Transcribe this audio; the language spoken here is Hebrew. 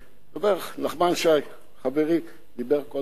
נחמן שי חברי דיבר קודם לכן,